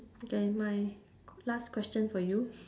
okay my last question for you